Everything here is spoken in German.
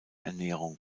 ernährung